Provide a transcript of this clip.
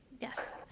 Yes